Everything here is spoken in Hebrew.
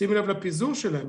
שימי לב לפיזור שלהן,